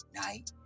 night